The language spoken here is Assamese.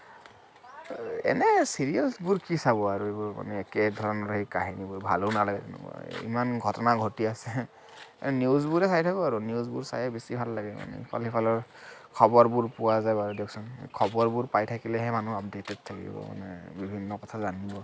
এনে চিৰিয়েলবোৰ কি চাব আৰু এইবোৰ একে ধৰণৰে কাহিনীবোৰ ভালো নালাগে ইমান ঘটনা ঘটি আছে নিউজবোৰে চাই থাকো আৰু নিউজবোৰ চাইয়ে বেছি ভাল লাগে মানে ইফাল সিফালৰ খবৰবোৰ পোৱা যায় বাৰু দিয়কচোন খবৰবোৰ পাই থাকিলেহে মানুহ আপডেটেত থাকিব মানে বিভিন্ন কথা জানিব